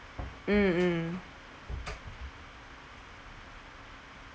mm mm